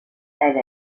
elle